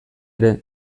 ere